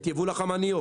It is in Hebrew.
את יבול החמניות,